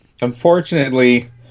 unfortunately